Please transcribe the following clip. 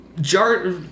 Jar